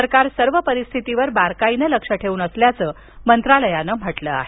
सरकार सर्व परिस्थितीवर बारकाईनं लक्ष ठेवून असल्याचं मंत्रालयानं म्हटलं आहे